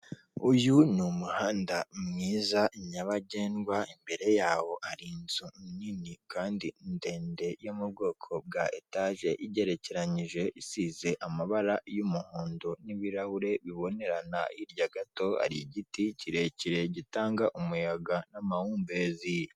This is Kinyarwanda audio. Hari abantu muri iyi si bamaze kubona umurongo w'ubuzima, ahusanga bafite imiturirwa ihenze cyane imbere y'aho akenshi baba barahateye ibyatsi bibafasha kugaragaza ishusho nziza y'aho hantu.